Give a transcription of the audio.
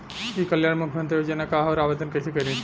ई कल्याण मुख्यमंत्री योजना का है और आवेदन कईसे करी?